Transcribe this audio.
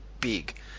big